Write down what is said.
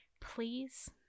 please